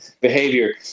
behavior